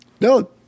No